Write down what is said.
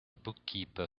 bookkeeper